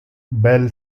bell